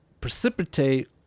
precipitate